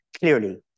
clearly